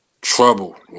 trouble